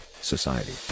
Society